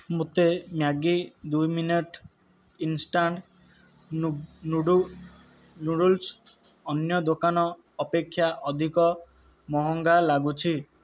ମୋତେ ମ୍ୟାଗି ଦୁଇ minute instant noodles ଅନ୍ୟ ଦୋକାନ ଅପେକ୍ଷା ଅଧିକ ମହଙ୍ଗା ଲାଗୁଛି